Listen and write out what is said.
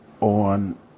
on